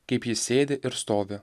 kaip ji sėdi ir stovi